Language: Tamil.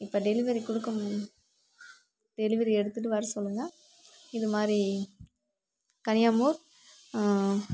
இப்போ டெலிவெரி கொடுக்கும் டெலிவெரி எடுத்துட்டு வர சொல்லுங்கள் இது மாதிரி கனியாமூர்